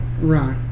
Right